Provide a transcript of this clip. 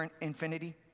infinity